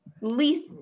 least